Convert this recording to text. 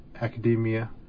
academia